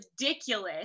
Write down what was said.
ridiculous